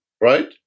right